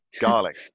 Garlic